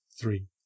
Three